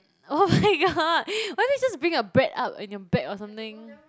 oh my god why didn't you just bring a bread up in your bag or something